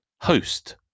Host